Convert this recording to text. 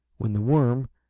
when the worm,